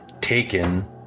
taken